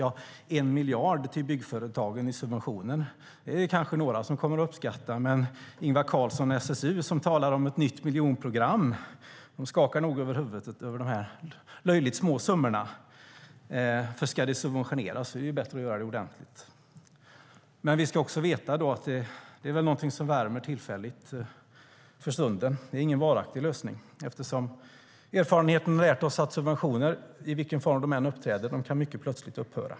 Ja, en miljard till byggföretagen i subventioner är det kanske några som kommer att uppskatta. Men Ingvar Carlsson och SSU, som talar om ett nytt miljonprogram, skakar nog på huvudet över de här löjligt små summorna, för ska det subventioneras är det ju bättre att göra det ordentligt. Vi ska också veta att det är något som värmer för stunden. Det är ingen varaktig lösning, eftersom erfarenheten lärt oss att subventioner, i vilken form de än uppträder, kan upphöra mycket plötsligt.